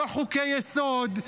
לא חוקי-יסוד,